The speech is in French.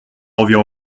revient